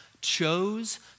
chose